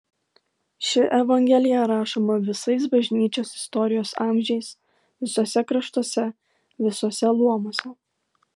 ši evangelija rašoma visais bažnyčios istorijos amžiais visuose kraštuose visuose luomuose